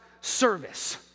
service